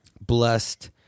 blessed